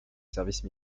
service